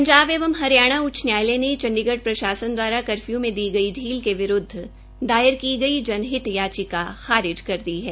पंजाब एवं हरियाणा उच्च न्यायालय ने चंडीगढ़ प्रशासन कर्फ्य् में दी गई पील के विरूद्व दायर की गई जनहित याचिका खारिज की दी है